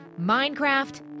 Minecraft